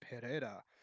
Pereira